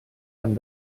han